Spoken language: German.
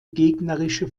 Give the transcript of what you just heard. gegnerische